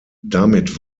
damit